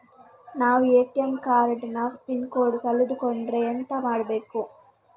ನಾವು ATM card ನ PIN code ಕಳೆದು ಕೊಂಡ್ರೆ ಎಂತ ಮಾಡ್ಬೇಕು?